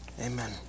amen